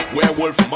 Werewolf